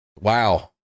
Wow